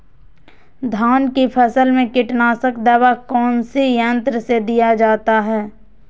धान की फसल में कीटनाशक दवा कौन सी यंत्र से दिया जाता है?